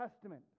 testament